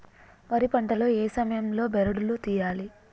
వరి పంట లో ఏ సమయం లో బెరడు లు తియ్యాలి?